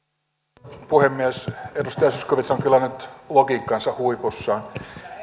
edustaja zyskowicz on kyllä nyt logiikkansa huipussa